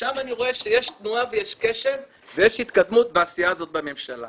ששם אני רואה שיש תנועה ויש קשב ויש התקדמות בעשייה הזאת בממשלה.